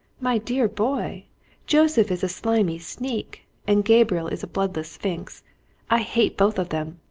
my dear boy joseph is a slimy sneak, and gabriel is a bloodless sphinx i hate both of them!